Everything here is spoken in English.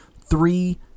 three